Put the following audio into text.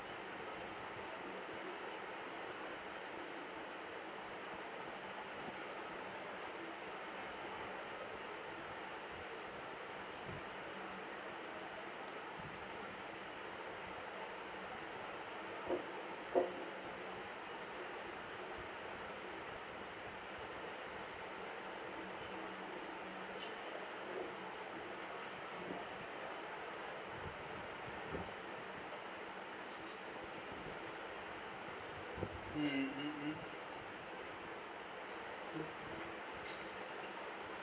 mmhmm mmhmm